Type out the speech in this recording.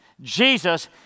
Jesus